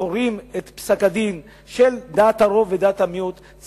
קוראים את דעת הרוב ודעת המיעוט בפסק-הדין,